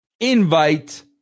Invite